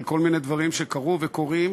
על כל מיני דברים שקרו וקורים.